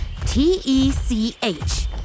T-E-C-H